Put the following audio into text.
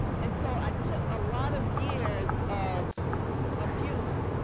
and so i took a lot of years of abuse